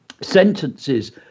sentences